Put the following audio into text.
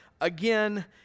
again